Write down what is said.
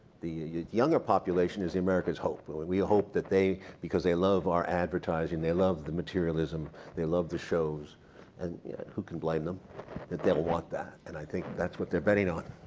the younger population, as the americans hope but we we hope that because they love our advertising, they love the materialism, they love the shows and who can blame them that they'll want that? and i think that's what they're betting on.